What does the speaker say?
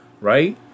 right